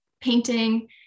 painting